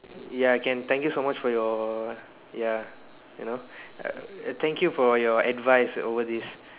ya can thank you so much for your ya you know uh thank you for your advice over this